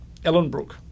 Ellenbrook